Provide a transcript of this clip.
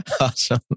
Awesome